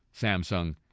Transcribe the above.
Samsung